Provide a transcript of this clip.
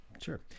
Sure